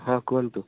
ହଁ କୁହନ୍ତୁ